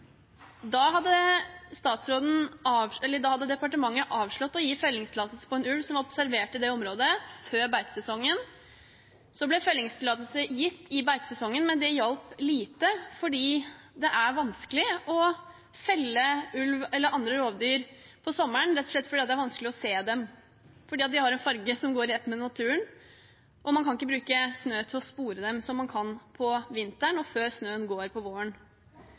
Da hadde departementet avslått å gi fellingstillatelse på en ulv som var observert i det området før beitesesongen. Så ble fellingstillatelse gitt i beitesesongen, men det hjalp lite, for det er vanskelig å felle ulv eller andre rovdyr på sommeren, rett og slett fordi det er vanskelig å se dem fordi de har en farge som går i ett med naturen, og man kan ikke bruke snø til å spore dem, som man kan på vinteren og før snøen går på våren.